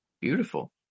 Beautiful